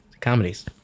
Comedies